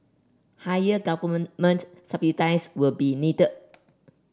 higher government subsidies would be needed